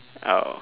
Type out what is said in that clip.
oh